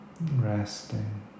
Resting